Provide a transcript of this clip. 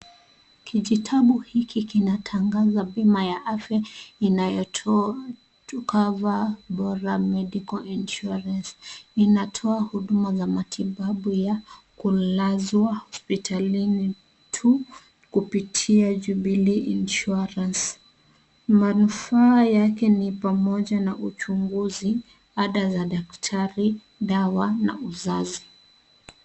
Kijitabu hiki kinatangaza pima ya afya inayotoa to Cover Bora Medical Insurance .Inatoa huduma za matibabu ya kulazwa hosipitalini tu kupitia Jubilee insurance .Manufaa yake ni pamoja na uchunguzi, ada za daktari, dawa na uzazi.